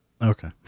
Okay